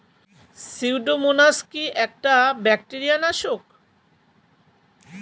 Pseudomonas কি একটা bacteria নাশক?